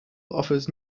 offers